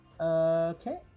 Okay